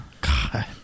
God